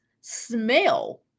smell